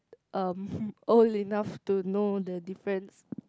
um old enough to know the difference